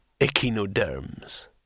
echinoderms